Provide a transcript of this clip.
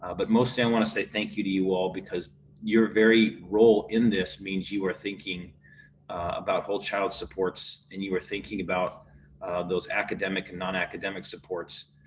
ah but mostly i want to say. thank you to you all because you're very role in this means you are thinking about whole child supports and you are thinking about those academic and non academic supports.